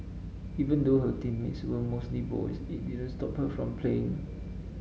even though her teammates were mostly boys it didn't stop her from playing